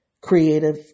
creative